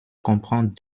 comprend